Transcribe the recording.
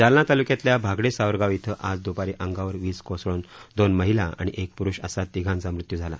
जालना तालुक्यातल्या भागडे सावरगाव इथं आज दुपारी अंगावर वीज कोसळून दोन महिला आणि एक प्रुष असा तिघांचा मृत्यू झाला